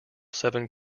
seven